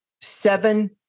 seven